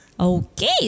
Okay